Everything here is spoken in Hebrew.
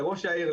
לראש העיר,